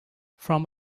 from